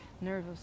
nervous